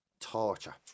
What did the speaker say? Torture